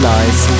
Lies